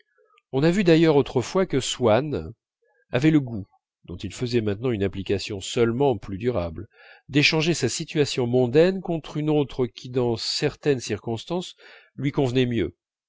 on a vu d'ailleurs autrefois que swann avait le goût dont il faisait maintenant une application seulement plus durable d'échanger sa situation mondaine contre une autre qui dans certaines circonstances lui convenait mieux